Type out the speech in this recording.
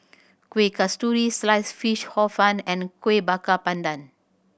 Kuih Kasturi slice fish Hor Fun and Kuih Bakar Pandan